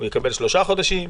הוא יקבל שלושה חודשים,